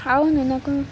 అవును నాకు